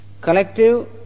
collective